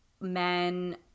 men